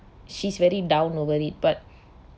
she's very down over it but